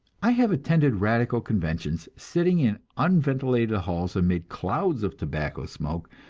i have attended radical conventions, sitting in unventilated halls amid clouds of tobacco smoke,